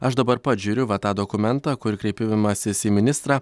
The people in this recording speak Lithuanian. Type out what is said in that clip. aš dabar pats žiūriu va tą dokumentą kur kreipimasis į ministrą